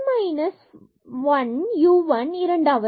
function of order 0 இவை n n minus 1 u 1 இரண்டாவது order